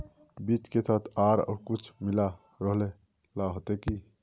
बीज के साथ आर कुछ मिला रोहबे ला होते की?